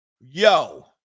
Yo